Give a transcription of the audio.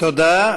תודה.